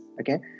Okay